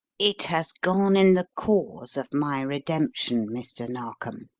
it has gone in the cause of my redemption, mr. narkom,